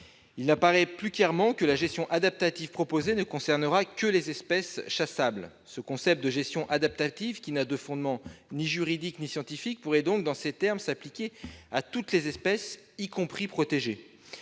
il n'apparaît pas clairement que la gestion adaptative proposée ne concernera que les espèces chassables. Le concept de gestion adaptative, qui n'a pas de fondement juridique ou scientifique, pourrait donc s'appliquer à toutes les espèces, y compris les